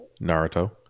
Naruto